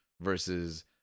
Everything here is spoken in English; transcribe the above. versus